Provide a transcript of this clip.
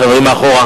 החברים מאחור.